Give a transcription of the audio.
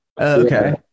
okay